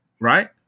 right